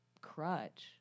crutch